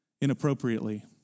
inappropriately